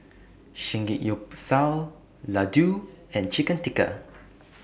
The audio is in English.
Samgeyopsal Ladoo and Chicken Tikka